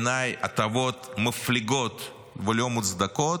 שבעיניי הן הטבות מפליגות ולא מוצדקות,